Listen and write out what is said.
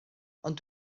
ond